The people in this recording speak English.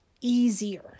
easier